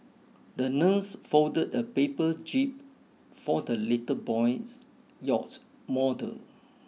the nurse folded a paper jib for the little boy's yacht model